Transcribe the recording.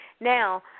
Now